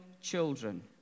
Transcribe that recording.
children